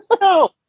No